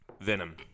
Venom